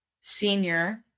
senior